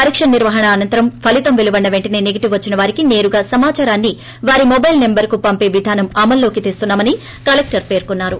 పరీక్ష నిర్వహణ అనంతరం ఫలీతం పెలువడిన వెంటనే నెగటివ్ వచ్చిన వారికి నేరుగా సమాచారాన్ని వారి మొబైల్ నెంబర్కు ఈ విధానం ద్వారా అమల్లోకి తెస్తున్నామని కలెక్టర్ పేర్కొన్నారు